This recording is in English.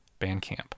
Bandcamp